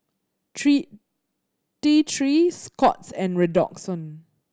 three T Three Scott's and Redoxon